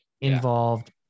involved